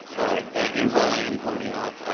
all right. and while i am holding off,